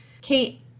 Kate